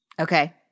Okay